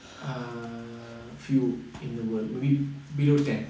a few in the world below ten